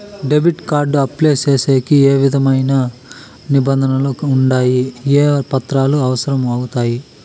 Debit card apply సేసేకి ఏ విధమైన నిబంధనలు ఉండాయి? ఏ పత్రాలు అవసరం అవుతాయి?